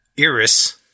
Iris